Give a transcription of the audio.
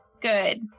Good